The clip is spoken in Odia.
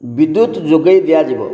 ବିଦ୍ୟୁତ୍ ଯୋଗେଇ ଦିଆଯିବ